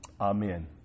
Amen